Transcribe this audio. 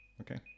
Okay